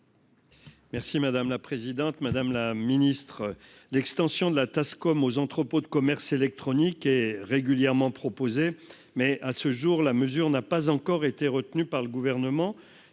Merci madame la présidente, madame la ministre, l'extension de la TASCOM aux entrepôts de commerce électronique est régulièrement proposés mais à ce jour la mesure n'a pas encore été retenus par le gouvernement,